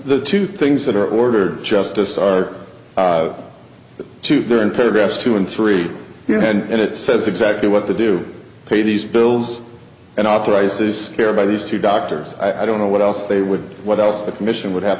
the two things that are ordered justice are two there and paragraphs two and three here and it says exactly what they do pay these bills and authorizes care by these two doctors i don't know what else they would what else the commission would have